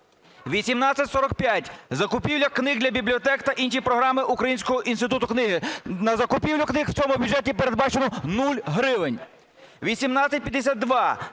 1845. Закупівля книг для бібліотек та інші програми Українського інституту книги. На закупівлю книг в цьому бюджеті передбачено нуль гривень. 1852.